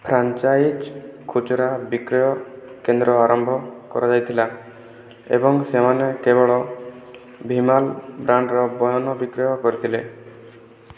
franchise ଖୁଚୁରା ବିକ୍ରୟ କେନ୍ଦ୍ର ଆରମ୍ଭ କରାଯାଇଥିଲା ଏବଂ ସେମାନେ କେବଳ ଭିମାଲ ବ୍ରାଣ୍ଡର ବୟନ ବିକ୍ରୟ କରିଥିଲେ